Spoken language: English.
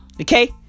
Okay